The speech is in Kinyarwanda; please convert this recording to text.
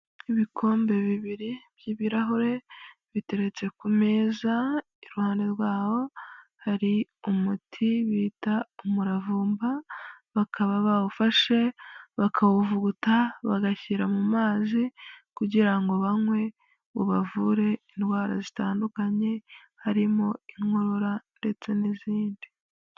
Ibikombe bibiri by'ibirahure biteretse ku meza iruhande rwaho hari umuti bita umuravumba, bakaba bawufashe bakawuvuguta bagashyira mu mazi, kugira ngo banywe ubavure indwara zitandukanye harimo inkorora ndetse n'izindi.